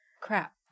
crap